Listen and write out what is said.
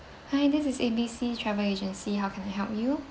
hi this is A B C travel agency how can I help you